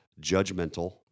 judgmental